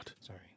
Sorry